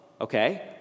okay